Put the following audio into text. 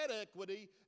equity